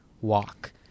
walk